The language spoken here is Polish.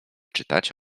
czytać